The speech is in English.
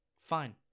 Fine